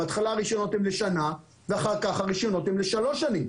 בהתחלה הרישיונות הם לשנה ואחר כך הרישיונות הם לשלוש שנים.